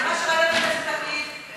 אם זה ממש עקרוני לך,